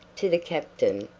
to the captain,